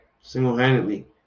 single-handedly